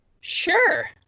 sure